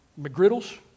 McGriddles